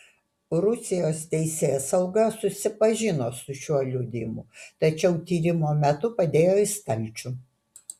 rusijos teisėsauga susipažino su šiuo liudijimu tačiau tyrimo metu padėjo į stalčių